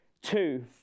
Two